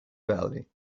valley